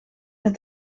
het